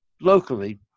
locally